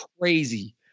crazy